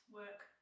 work